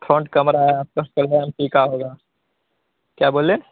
front camera है आपका सोलह एम पी का होगा क्या बोले